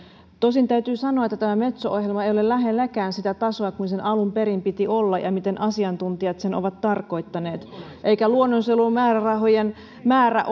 tosin täytyy sanoa että metso ohjelma ei ole lähelläkään sitä tasoa kuin sen alun perin piti olla ja miten asiantuntijat sen ovat tarkoittaneet eikä luonnonsuojelumäärärahojen määrä